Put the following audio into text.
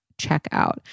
checkout